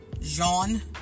Jean